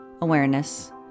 awareness